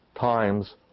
times